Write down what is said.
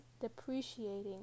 depreciating